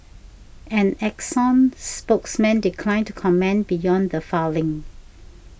an Exxon spokesman declined to comment beyond the filing